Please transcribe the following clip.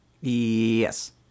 Yes